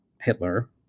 Hitler